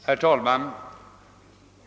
Herr talman!